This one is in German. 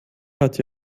hatte